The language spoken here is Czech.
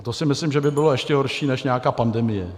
A to si myslím, že by bylo ještě horší než nějaká pandemie.